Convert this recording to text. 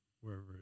wherever